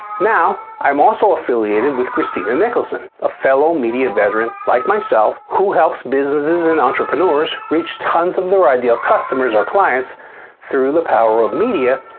now, i'm also affiliated with christina nicholson, a fellow media veteran like myself, who helps businesses and entrepreneurs reach tons of their ideal customers or clients through the power of media,